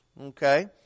okay